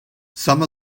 some